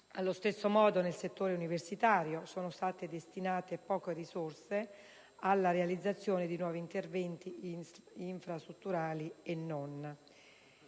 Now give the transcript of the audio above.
Allo stesso modo, al settore universitario sono state destinate poche risorse alla realizzazione di nuovi interventi infrastrutturali e non.